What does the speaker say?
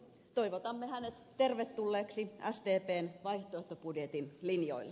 toivotamme hänet tervetulleeksi sdpn vaihtoehtobudjetin linjoille